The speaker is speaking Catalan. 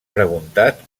preguntat